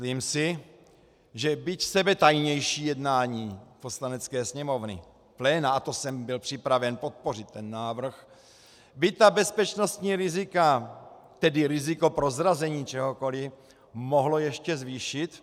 Myslím si, že byť sebetajnější jednání Poslanecké sněmovny, pléna, a to jsem byl připraven podpořit ten návrh, by bezpečnostní rizika, tedy riziko prozrazení čehokoliv, mohlo ještě zvýšit.